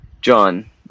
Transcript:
John